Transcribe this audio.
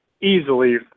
easily